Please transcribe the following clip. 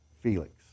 Felix